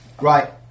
right